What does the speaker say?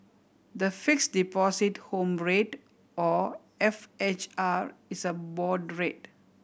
the Fixed Deposit Home Rate or F H R is a board rate